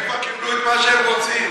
הם כבר קיבלו את מה שהם רוצים.